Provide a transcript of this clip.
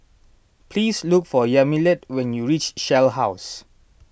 please look for Yamilet when you reach Shell House